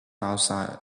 outside